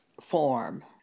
form